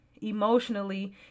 emotionally